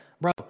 bro